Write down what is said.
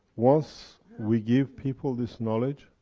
once we give people this knowledge,